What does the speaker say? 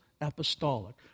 apostolic